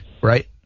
right